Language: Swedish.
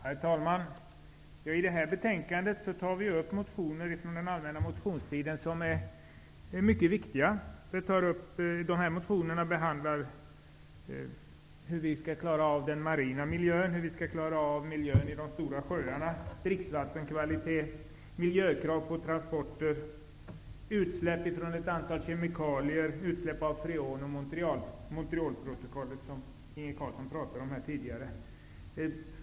Herr talman! I detta betänkande behandlas mycket viktiga motioner från den allmänna motionstiden. Motionerna gäller frågor om hur vi skall klara den marina miljön och miljön i de stora sjöarna. Vidare gäller det dricksvattenkvaliteten, miljökrav på transporter samt utsläpp av ett antal kemikalier och freoner. Dessutom gäller det Montrealprotokollet, som Inge Carlsson här tidigare talade om.